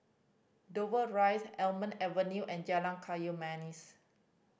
Dover Drive Almond Avenue and Jalan Kayu Manis